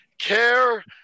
care